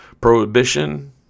prohibition